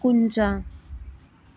कुंजा